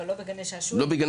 אבל לא בגני שעשועים.